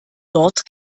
dort